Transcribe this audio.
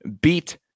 beat